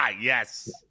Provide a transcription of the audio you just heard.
yes